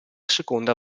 seconda